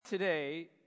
today